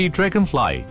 Dragonfly